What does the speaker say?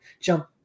jump